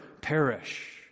perish